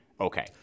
Okay